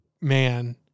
man